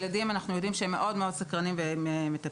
אנחנו יודעים שילדים סקרניים מאוד-מאוד והם מטפסים,